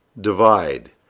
divide